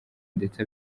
ndetse